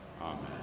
Amen